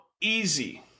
easy